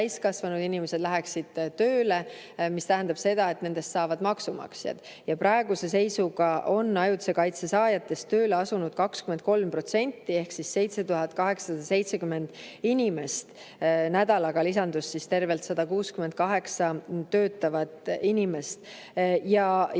inimesed, läheksid tööle, mis tähendab seda, et nendest saavad maksumaksjad. Praeguse seisuga on ajutise kaitse saajatest tööle asunud 23% ehk 7870 inimest. Nädalaga lisandus 168 töötavat inimest.